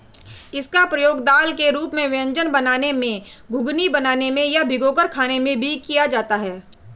इसका प्रयोग दाल के रूप में व्यंजन बनाने में, घुघनी बनाने में या भिगोकर खाने में भी किया जाता है